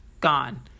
gone